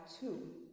two